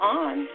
on